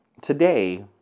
today